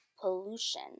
pollution